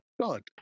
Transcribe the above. God